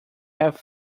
have